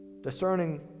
discerning